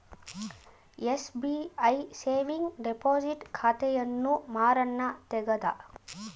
SBI saving deposit ಖಾತೆಯನ್ನು ಮಾರಣ್ಣ ತೆಗದ